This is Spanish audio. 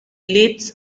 leeds